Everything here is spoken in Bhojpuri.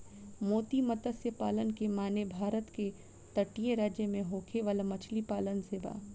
मोती मतस्य पालन के माने भारत के तटीय राज्य में होखे वाला मछली पालन से बा